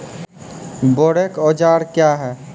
बोरेक औजार क्या हैं?